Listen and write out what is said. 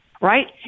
right